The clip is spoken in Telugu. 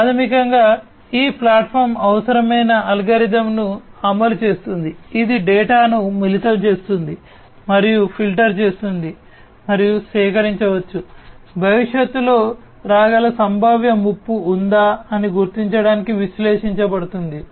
ప్రాథమికంగా ఈ ప్లాట్ఫాం అవసరమైన అల్గారిథమ్ను అమలు చేస్తుంది ఇది డేటాను మిళితం చేస్తుంది మరియు ఫిల్టర్ చేస్తుంది మరియు సేకరించవచ్చు భవిష్యత్తులో రాగల సంభావ్య ముప్పు ఉందా అని గుర్తించడానికి విశ్లేషించబడుతుంది